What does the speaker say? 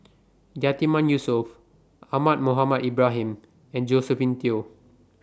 Yatiman Yusof Ahmad Mohamed Ibrahim and Josephine Teo